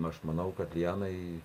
aš manau kad lijanai